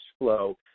flow